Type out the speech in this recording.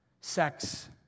sex